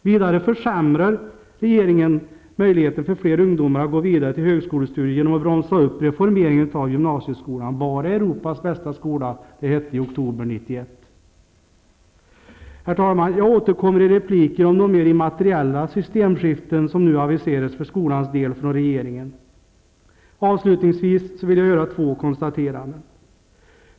Vidare försämrar regeringen möjligheten för fler ungdomar att gå vidare till högskolestudier genom att bromsa upp reformeringen av gymnasieskolan. Var det Europas bästa skola det hette i oktober 1991? Herr talman! Jag återkommer i repliker om de mer immateriella systemskiften som nu aviseras för skolans del från regeringen. Avslutningsvis vill jag göra två konstateranden.